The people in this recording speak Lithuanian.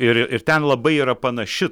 ir ir ten labai yra panaši